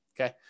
Okay